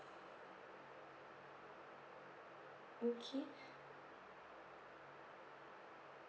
okay